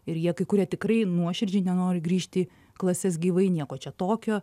ir jie kai kurie tikrai nuoširdžiai nenori grįžt į klases gyvai nieko čia tokio